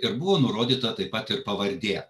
ir buvo nurodyta taip pat ir pavardė